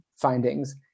findings